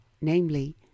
Namely